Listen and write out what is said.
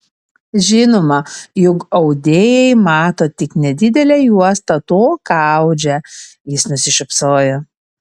žinoma juk audėjai mato tik nedidelę juostą to ką audžia jis nusišypsojo